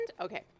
Okay